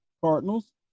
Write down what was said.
Cardinals